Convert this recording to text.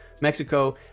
Mexico